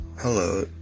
Hello